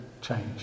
change